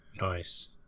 Nice